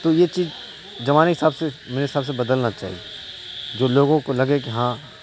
تو یہ چیز زمانے کے حساب سے میرے حساب سے بدلنا چاہیے جو لوگوں کو لگے کہ ہاں